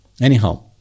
Anyhow